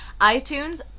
itunes